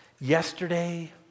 yesterday